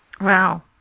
Wow